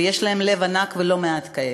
ויש להם לב ענק, ויש לא מעט כאלה,